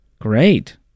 Great